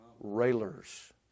Railers